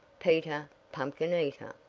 peter, pumpkin eater,